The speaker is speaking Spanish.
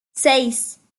seis